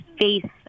faith